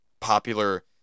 popular